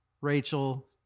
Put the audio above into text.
Rachel